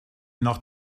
nach